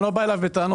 אני לא בא אליו בטענות.